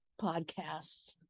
podcasts